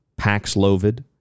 Paxlovid